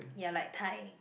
ya like Thai